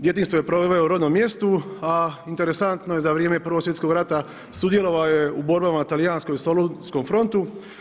Djetinjstvo je proveo u rodnom mjestu, a interesantno je za vrijeme Prvog svjetskog rata sudjelovao je u borbama na talijanskom i solunskom frontu.